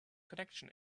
connection